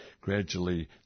gradually